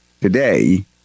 today